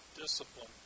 discipline